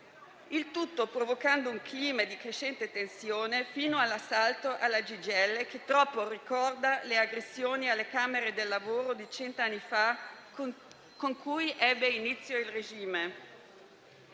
il tutto provocando un clima di crescente tensione fino all'assalto alla CGIL, che troppo ricorda le aggressioni alle Camere del lavoro di cento anni fa con cui ebbe inizio il regime.